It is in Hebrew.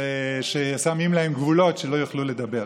ששמים להם גבולות שלא יוכלו לדבר.